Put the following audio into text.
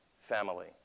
family